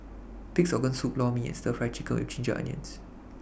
Pig'S Organ Soup Lor Mee and Stir Fry Chicken with Ginger Onions